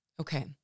okay